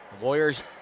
Warriors